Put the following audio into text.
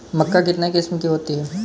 मक्का कितने किस्म की होती है?